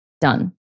Done